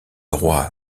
roi